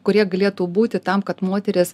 kurie galėtų būti tam kad moterys